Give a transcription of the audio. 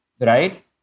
right